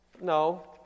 No